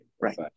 Right